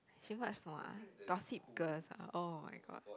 she watch 什么 ah Gossip Girls ah oh-my-god